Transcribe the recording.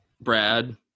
Brad